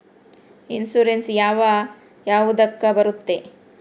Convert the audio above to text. Insurance ಯಾವ ಯಾವುದಕ್ಕ ಬರುತ್ತೆ?